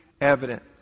evident